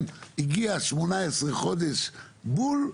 כן, הגיע ל-18 חודשים בול,